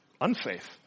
unsafe